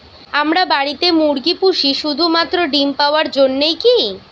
আমরা বাড়িতে মুরগি পুষি শুধু মাত্র ডিম পাওয়ার জন্যই কী?